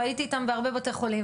והייתי איתם בהרבה בתי חולים,